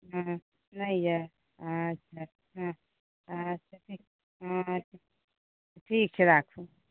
हँ नहि यऽ अच्छा हँ अच्छा हँ ठीक छै राखू